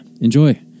enjoy